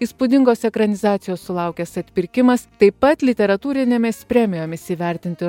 įspūdingos ekranizacijos sulaukęs atpirkimas taip pat literatūrinėmis premijomis įvertinti